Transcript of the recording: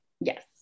Yes